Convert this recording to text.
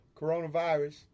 Coronavirus